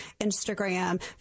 Instagram